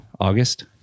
August